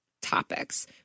topics